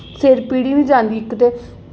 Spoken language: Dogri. सिर पीड़ बी नेईं जंदी इक ते